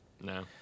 No